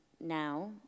now